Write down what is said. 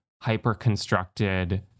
hyper-constructed